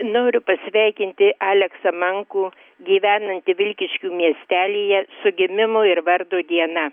noriu pasveikinti aleksą mankų gyvenantį vilkiškių miestelyje su gimimo ir vardo diena